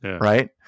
right